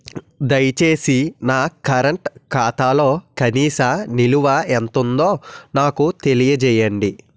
దయచేసి నా కరెంట్ ఖాతాలో కనీస నిల్వ ఎంత ఉందో నాకు తెలియజేయండి